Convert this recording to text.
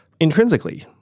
intrinsically